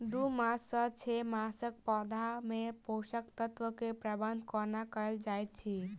दू मास सँ छै मासक पौधा मे पोसक तत्त्व केँ प्रबंधन कोना कएल जाइत अछि?